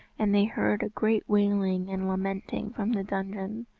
and they heard a great wailing and lamenting from the dungeon.